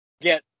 get